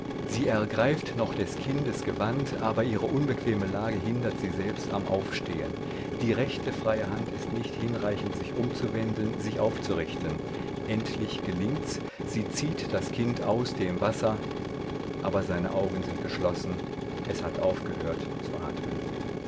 sie ergreift noch des kindes gewand aber ihre unbequeme lage hindert sie selbst am aufstehen die freie rechte hand ist nicht hinreichend sich umzuwenden sich aufzurichten endlich gelingts sie zieht das kind aus dem wasser aber seine augen sind geschlossen es hat aufgehört zu atmen